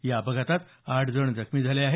या अपघातात आठ जण जखमी झाले आहेत